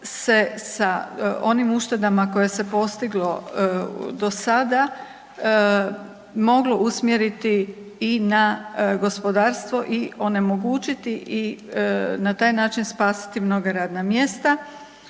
sa onim uštedama koje se postiglo do sada moglo usmjeriti i na gospodarstvo i onemogućiti i na taj način spasiti mnoga radna mjesta,